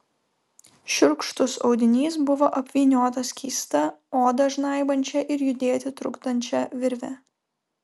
šiurkštus audinys buvo apvyniotas keista odą žnaibančia ir judėti trukdančia virve